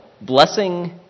Blessing